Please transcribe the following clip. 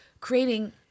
creating